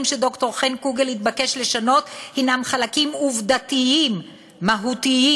שד"ר חן קוגל התבקש לשנות הם חלקים עובדתיים מהותיים